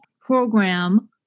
program